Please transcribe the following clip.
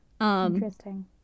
Interesting